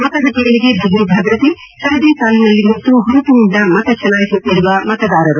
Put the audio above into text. ಮತಗಟ್ಟೆಗಳಿಗೆ ಬಿಗಿ ಭದ್ರತೆ ಸರದಿ ಸಾಲಿನಲ್ಲಿ ನಿಂತು ಹುರುಪಿನಿಂದ ಮತ ಚಲಾಯಿಸುತ್ತಿರುವ ಮತದಾರರು